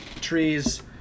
trees